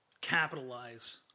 capitalize